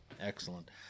excellent